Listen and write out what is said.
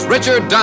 Richard